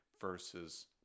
versus